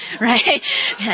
right